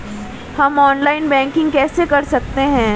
हम online banking कैसे कर सकते हैं?